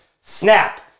Snap